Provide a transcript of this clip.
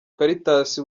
caritas